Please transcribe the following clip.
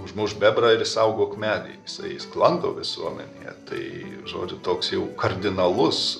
užmušk bebrą ir išsaugok medį jisai sklando visuomenėje tai žodžiu toks jau kardinalus